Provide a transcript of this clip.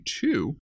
two